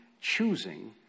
choosing